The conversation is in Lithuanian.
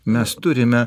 mes turime